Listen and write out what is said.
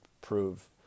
prove